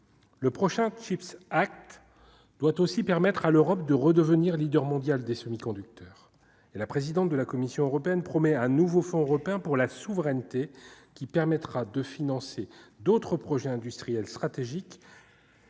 le prochain Chips acte doit aussi permettre à l'Europe de redevenir leader mondial des semi-conducteurs et la présidente de la Commission européenne promet un nouveau fonds européen pour la souveraineté qui permettra de financer d'autres projets industriels stratégiques.